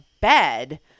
bed